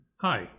Hi